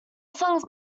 songs